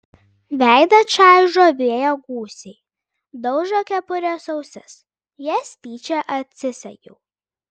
veidą čaižo vėjo gūsiai daužo kepurės ausis jas tyčia atsisegiau